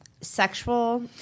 sexual